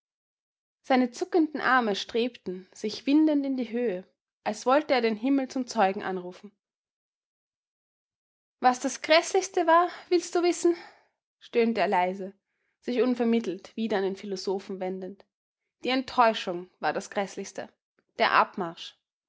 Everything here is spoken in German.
seine zuckenden arme strebten sich windend in die höhe als wollte er den himmel zum zeugen anrufen was das gräßlichste war willst du wissen stöhnte er leise sich unvermittelt wieder an den philosophen wendend die enttäuschung war das gräßlichste der abmarsch